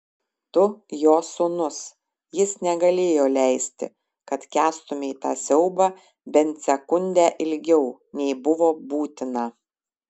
tu jo sūnus jis negalėjo leisti kad kęstumei tą siaubą bent sekundę ilgiau nei buvo būtina